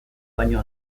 baino